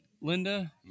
Linda